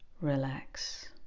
relax